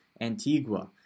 Antigua